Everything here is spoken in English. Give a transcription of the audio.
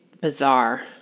bizarre